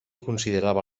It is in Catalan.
considerava